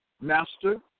Master